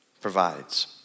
provides